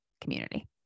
community